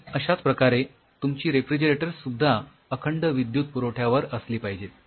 आणि अश्याच प्रकारे तुमची रेफ्रिजरेटर्स सुद्धा अखंड विद्युत पुरवठ्यावर असली पाहिजेत